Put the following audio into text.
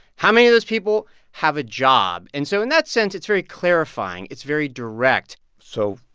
how many of those people have a job? and so in that sense, it's very clarifying. it's very direct so,